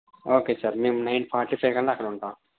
okay sir మేము nine forty ఫైవ్కల్లా అక్కడుంటాము